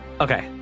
Okay